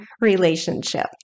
relationship